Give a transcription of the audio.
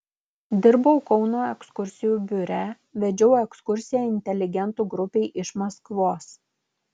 dirbau kauno ekskursijų biure vedžiau ekskursiją inteligentų grupei iš maskvos